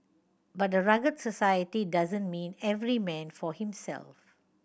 but a rugged society doesn't mean every man for himself